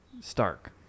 Stark